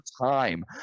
time